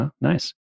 Nice